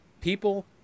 People